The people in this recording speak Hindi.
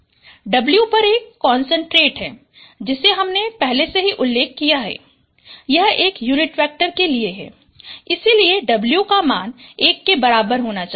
W पर एक कान्सस्ट्रेंट है जिसे हमने पहले से ही उल्लेख किया है कि यह एक यूनिट वेक्टर के लिए है इसलिए W का मान 1 के बराबर होना चाहिए